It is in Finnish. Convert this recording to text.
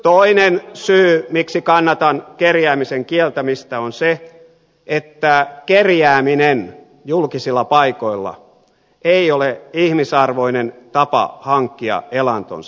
toinen syy miksi kannatan kerjäämisen kieltämistä on se että kerjääminen julkisilla paikoilla ei ole ihmisarvoinen tapa hankkia elantonsa